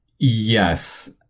yes